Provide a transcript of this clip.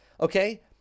okay